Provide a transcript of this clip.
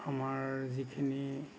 আমাৰ যিখিনি